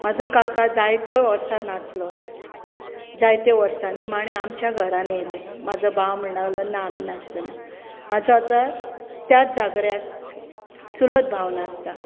म्हजो काका जायतो वर्सां नाचलो जायत्या वर्सांनी मांडे आमच्या घरांनी आयलें म्हजो भाव म्हणूंक लागलो ना आमी नाच्चो ना म्हजो आतां त्याच जागराक चुलत भाव नाचता